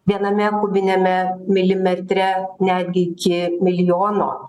viename kubiniame milimetre netgi iki milijono